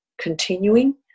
continuing